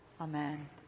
Amen